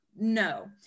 No